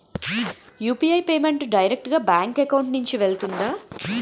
UPI payment direct గా bank account నుంచి వెళ్తుందా?